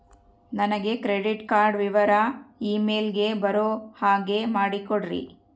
ನನಗೆ credit card ವಿವರ email ಗೆ ಬರೋ ಹಾಗೆ ಮಾಡಿಕೊಡ್ರಿ?